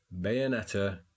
Bayonetta